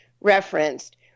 referenced